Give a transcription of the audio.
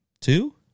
two